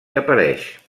apareix